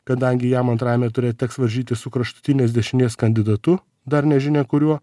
kadangi jam antrajame ture teks varžytis su kraštutinės dešinės kandidatu dar nežinia kuriuo